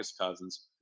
Cousins